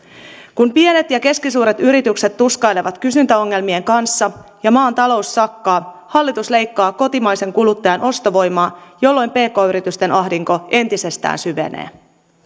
kun pienet ja keskisuuret yritykset tuskailevat kysyntäongelmien kanssa ja maan talous sakkaa hallitus leikkaa kotimaisen kuluttajan ostovoimaa jolloin pk yritysten ahdinko entisestään syvenee